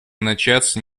начаться